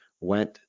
went